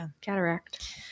cataract